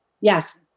yes